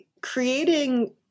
creating